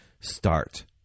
start